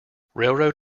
railroad